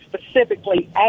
specifically